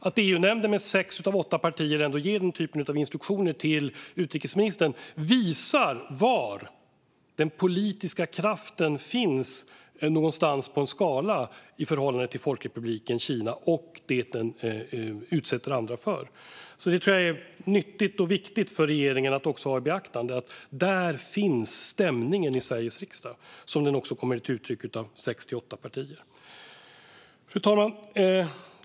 Att EU-nämnden med sex av åtta partier ger denna typ av instruktioner till utrikesministern visar var den politiska kraften finns på en skala i förhållande till Folkrepubliken Kina och det den utsätter andra för. Jag tror att det är nyttigt och viktigt för regeringen att ta i beaktande att detta är stämningen i Sveriges riksdag som den kommer till uttryck i sex av åtta partier. Fru talman!